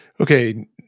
Okay